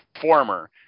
former